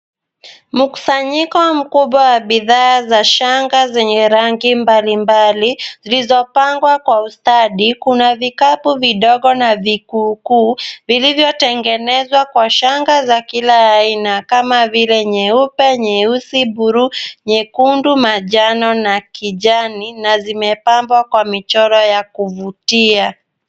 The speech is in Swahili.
Mkusanyiko mkubwa wa bidhaa za shanga zenye rangi mbalimbali zilizopangwa kwa ustadi, kuna vikapu vidogo na vikukuu vilivyotengenezwa kwa shangaa za kila aina kama vile nyeupe, nyeusi buluu, nyekundu manjano na kijani na zimepambwa kwa michoro ya kuvutia.